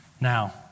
Now